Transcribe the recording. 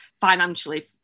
financially